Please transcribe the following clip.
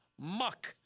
Muck